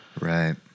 Right